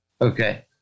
Okay